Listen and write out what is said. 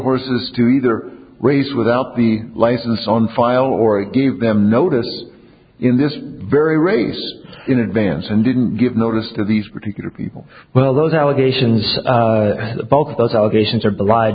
horses to either race without the license on file or it gave them notice in this very race in advance and didn't give notice to these particular people well those allegations both of those allegations are beli